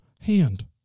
hand